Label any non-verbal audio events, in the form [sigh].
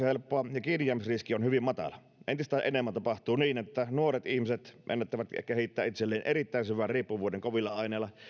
[unintelligible] helppoa ja kiinnijäämisriski on hyvin matala entistä enemmän tapahtuu niin että nuoret ihmiset ennättävät kehittää itselleen erittäin syvän riippuvuuden kovilla aineilla